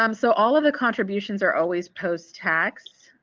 um so all of the contributions are always post tax